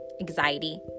anxiety